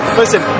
listen